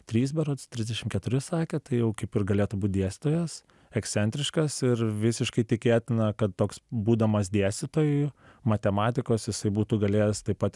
trys berods trisdešim keturi sakė tai jau kaip ir galėtų būt dėstytojas ekscentriškas ir visiškai tikėtina kad toks būdamas dėstytoju matematikos jisai būtų galėjęs taip pat